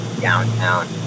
downtown